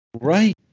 Right